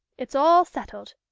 it's all settled.